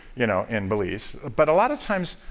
you know, in belize. but a lot of times,